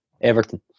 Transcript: Everton